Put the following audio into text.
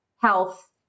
health